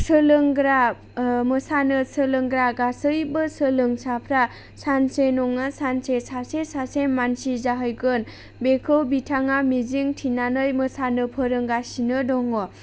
सोलोंग्रा ओ मोसानो सोलोंग्रा गासैबो सोलोंसाफ्रा सानसे नङा सानसे सासे सासे मानसि जाहैगोन बेखौ बिथाङा मिजिं थिनानै मोसानो फोरोंगासिनो दङ